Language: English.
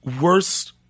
worst